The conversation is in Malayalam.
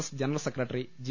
S general secretary G